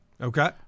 Okay